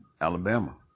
Alabama